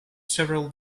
several